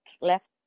left